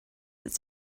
its